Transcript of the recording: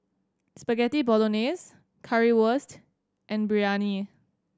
Spaghetti Bolognese Currywurst and Biryani